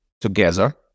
together